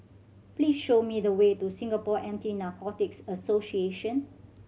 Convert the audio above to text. please show me the way to Singapore Anti Narcotics Association